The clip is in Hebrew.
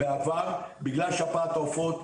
בגלל שפעת העופות,